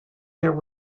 there